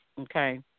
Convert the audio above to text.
okay